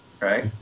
Right